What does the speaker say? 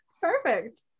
Perfect